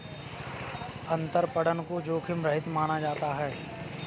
अंतरपणन को जोखिम रहित माना जाता है